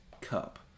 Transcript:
cup